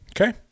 Okay